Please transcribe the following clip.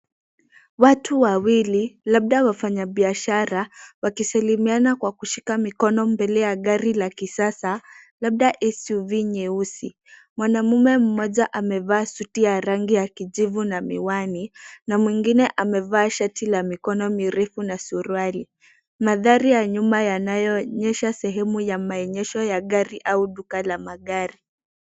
Watu wawili, labda wafanyabiashara, wakisalimiana kwa kushika mikono mbele ya gari la kisasa, labda SUV nyeusi. Mwanamume mmoja amevaa suti ya rangi ya kijivu na miwani na mwingine amevaa shati la mikono mirefu na suruali. Mandhari ya nyuma yanayoonyesha sehemu ya maonyesho ya gari au duka la magari.